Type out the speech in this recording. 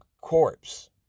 corpse